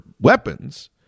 weapons